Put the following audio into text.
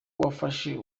umufasha